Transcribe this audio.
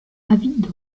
avide